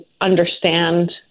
understand